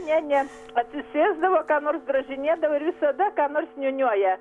ne ne atsisėsdavo ką nors drožinėdavo ir visada ką nors niūniuoja